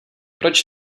proč